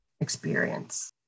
experience